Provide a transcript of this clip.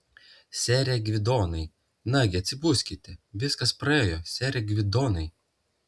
sere gvidonai nagi atsibuskite viskas praėjo sere gvidonai